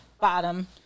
bottom